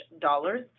dollars